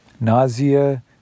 nausea